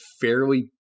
fairly